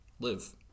live